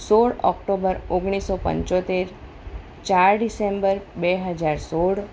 સોળ ઓક્ટોબર ઓગણીસો પંચોતેર ચાર ડિસેમ્બર બે હજાર સોળ